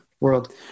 world